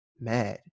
mad